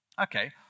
Okay